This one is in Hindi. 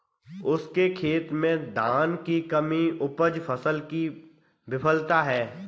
उसके खेत में धान की कम उपज फसल की विफलता है